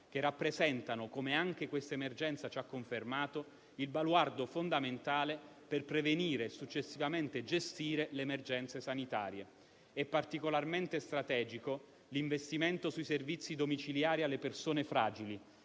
che rappresentano - come anche questa emergenza ci ha confermato - il baluardo fondamentale per prevenire e successivamente gestire le emergenze sanitarie. È particolarmente strategico l'investimento sui servizi domiciliari alle persone fragili,